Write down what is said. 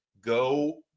go